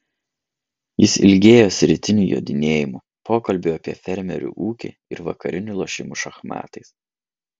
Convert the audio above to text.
jis ilgėjosi rytinių jodinėjimų pokalbių apie fermerių ūkį ir vakarinių lošimų šachmatais